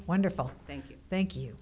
yeah wonderful thank you thank you